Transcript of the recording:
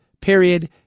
Period